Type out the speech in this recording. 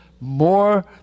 more